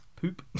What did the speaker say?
poop